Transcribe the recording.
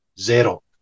Zero